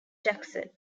jackson